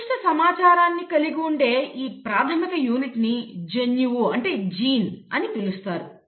నిర్దిష్ట సమాచారాన్ని కలిగి ఉండే ఈ ప్రాథమిక యూనిట్ని "జన్యువు" అని పిలుస్తారు